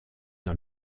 dans